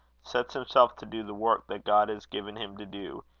sets himself to do the work that god has given him to do,